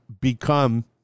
become